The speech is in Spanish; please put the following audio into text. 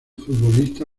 futbolista